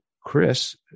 Chris